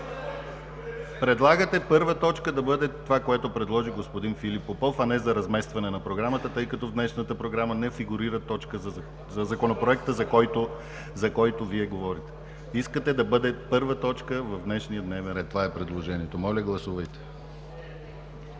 Предлагате първа точка да бъде това, което предложи господин Филип Попов, а не за разместване на програмата, тъй като в днешната програма не фигурира точка за Законопроекта, за който говорите. Искате да бъде първа точка в днешния дневен ред. Това е предложението. Моля, гласувайте.